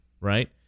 right